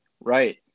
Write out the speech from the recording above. Right